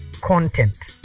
content